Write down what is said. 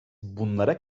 bunlara